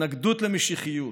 התנגדות למשיחיות,